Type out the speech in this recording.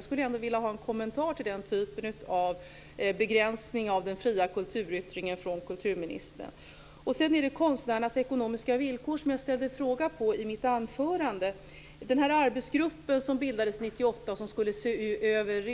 Jag skulle vilja ha en kommentar till den typen av begränsning av den fria kulturyttringen från kulturministern. Jag ställde en fråga i mitt anförande om konstnärernas ekonomiska villkor. Hur långt har arbetsgruppen som bildades 1998 och som skulle se över om